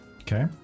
Okay